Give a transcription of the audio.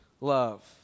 love